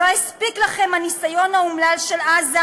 לא הספיק לכם הניסיון האומלל של עזה,